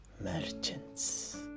merchants